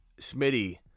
Smitty